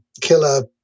killer